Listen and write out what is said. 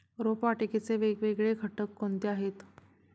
रोपवाटिकेचे वेगवेगळे घटक कोणते आहेत?